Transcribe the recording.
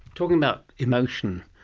talking about emotion,